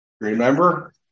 Remember